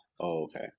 Okay